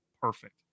perfect